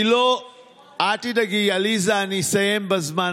אל תדאגי, עליזה, אני אסיים בזמן.